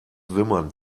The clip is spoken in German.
wimmern